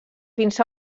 fins